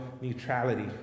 neutrality